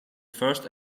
first